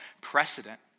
precedent